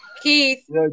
Keith